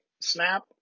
snap